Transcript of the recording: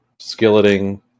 skilleting